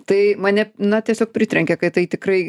tai mane na tiesiog pritrenkė kai tai tikrai